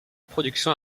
production